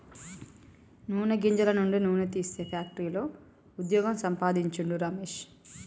నూనె గింజల నుండి నూనె తీసే ఫ్యాక్టరీలో వుద్యోగం సంపాందించిండు రమేష్